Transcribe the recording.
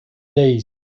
days